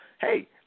Hey